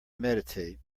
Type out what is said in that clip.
meditate